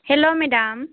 hello madam